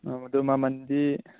ꯑꯥ ꯑꯗꯨ ꯃꯃꯟꯗꯤ